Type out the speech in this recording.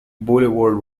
boulevard